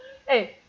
eh